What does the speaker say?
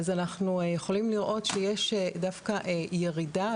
אז אנחנו יכולים לראות שיש דווקא ירידה,